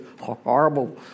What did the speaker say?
horrible